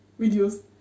videos